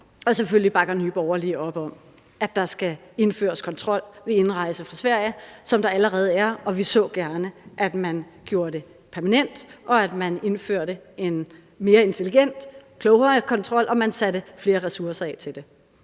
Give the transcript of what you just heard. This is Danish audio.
jeg. Selvfølgelig bakker Nye Borgerlige op om, at der skal indføres kontrol ved indrejse fra Sverige, som der allerede er, og vi så gerne, at man gjorde den permanent, og at man indførte en mere intelligent, klogere kontrol, og at man satte flere ressourcer af til det.